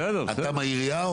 אתה מהעירייה?